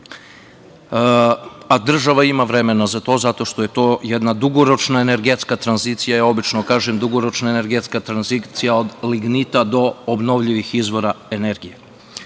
a država ima vremena za to, zato što je to jedna dugoročna energetska tranzicija. Ja obično kažem – dugoročna energetska tranzicija od lignita od obnovljivih izvora energije.